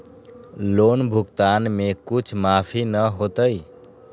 Loan भुगतान में कुछ माफी न होतई?